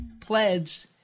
pledged